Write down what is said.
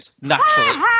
naturally